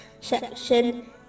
section